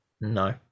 No